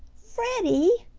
freddie!